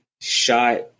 shot